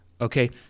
Okay